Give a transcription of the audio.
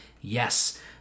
Yes